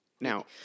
Now